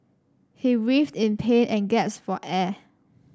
he writhed in pain and gasped for air